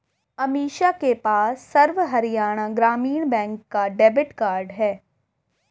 अमीषा के पास सर्व हरियाणा ग्रामीण बैंक का डेबिट कार्ड है